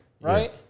right